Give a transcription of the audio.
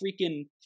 freaking